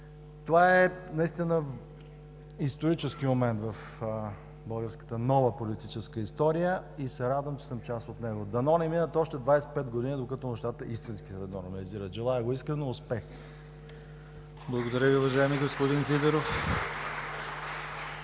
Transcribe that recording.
Това е наистина исторически момент в българската нова политическа история и се радвам, че съм част от него. Дано не минат още 25 години, докато нещата истински се нормализират. Желая го искрено, успех! (Ръкопляскания от